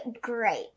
great